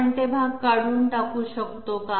आपण ते भाग काढून टाकू शकतो का